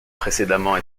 précédemment